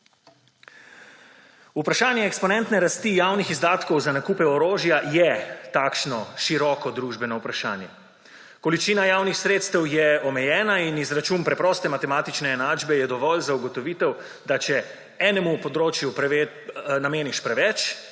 Vprašanje eksponentne rasti javnih izdatkov za nakupe orožja je takšno široko družbeno vprašanje. Količina javnih sredstev je omejena in izračun preproste matematične enačbe je dovolj za ugotovitev, da če enemu področju nameniš preveč,